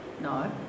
No